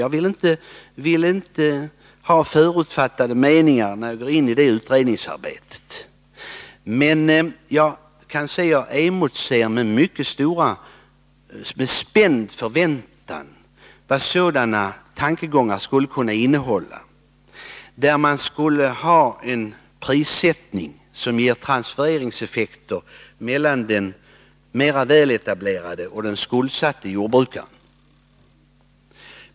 Jag vill inte ha förutfattade meningar när jag går in i detta utredningsarbete, men jag emotser med mycket spänd förväntan vad sådana tankegångar skulle kunna innehålla, där man skulle ha en prissättning som ger transfereringseffekter mellan den väletablerade och den mera skuldsatte jordbrukaren.